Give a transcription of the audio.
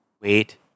Wait